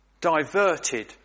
diverted